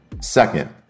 Second